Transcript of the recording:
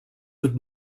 would